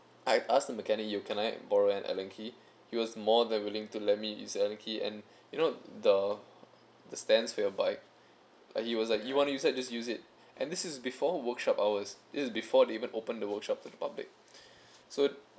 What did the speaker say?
I ask the mechanic yo can I borrow an allen key he was more than willing to lend me his allen key and you know the the stands for your bike like he was like you want to use that just use it and this is before workshop hours this is before they even open the workshop to the public so